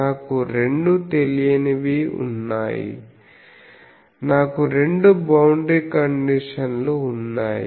నాకు రెండు తెలియనివి ఉన్నాయి నాకు రెండు బౌండరీ కండిషన్లు ఉన్నాయి